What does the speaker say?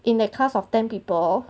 in the class of ten people